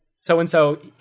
So-and-so